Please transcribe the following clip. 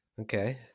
Okay